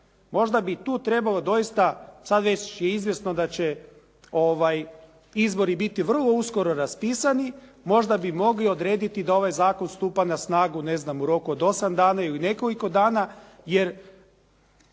Možda bi i tu trebalo doista sad već je izvjesno da će izbori biti vrlo uskoro raspisani. Možda bi mogli odrediti da ovaj zakon stupa na snagu ne znam u roku od 8 dana ili nekoliko dana. Jer